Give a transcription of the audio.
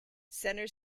centre